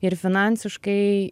ir finansiškai